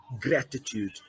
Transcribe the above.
gratitude